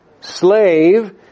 slave